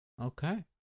Okay